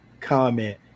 comment